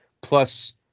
plus